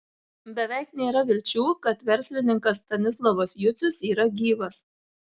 beveik nėra vilčių kad verslininkas stanislovas jucius yra gyvas